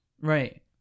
Right